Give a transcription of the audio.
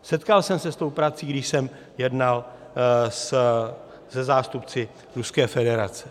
Setkal jsem se s tou prací, když jsem jednal se zástupci Ruské federace.